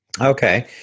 Okay